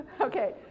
Okay